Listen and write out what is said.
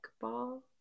ball